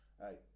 hey